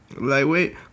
lightweight